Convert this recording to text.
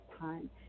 time